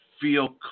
feel